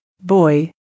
Boy